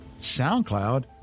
SoundCloud